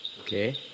Okay